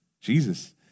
Jesus